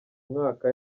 mwaka